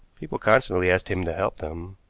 people constantly asked him to help them,